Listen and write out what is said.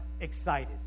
excited